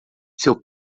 seu